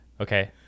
Okay